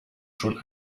schon